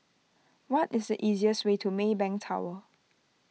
what is the easiest way to Maybank Tower